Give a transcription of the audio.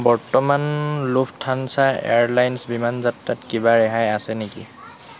বৰ্তমান Lufthansa airlines বিমান যাত্ৰাত কিবা ৰেহাই আছে নেকি